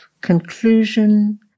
conclusion